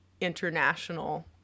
international